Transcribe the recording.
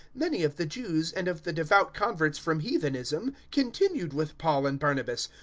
many of the jews and of the devout converts from heathenism continued with paul and barnabas,